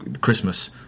Christmas